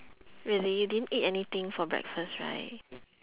really you didn't eat anything for breakfast right